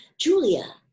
julia